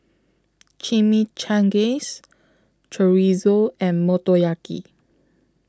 Chimichangas Chorizo and Motoyaki